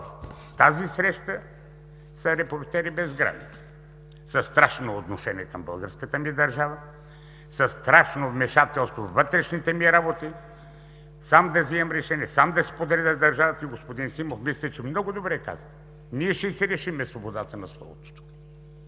тази среща са „Репортери без граници“ със страшно отношение към българската ни държава, със страшно вмешателство във вътрешните ни работи – сам да вземам решение, сам да си подредя държавата и мисля, че господин Симов много добре каза: ние ще си решим свободата на словото тук.